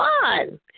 fun